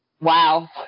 Wow